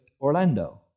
Orlando